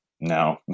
no